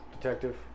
Detective